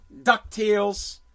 DuckTales